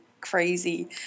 crazy